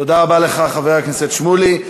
תודה רבה לך, חבר הכנסת שמולי.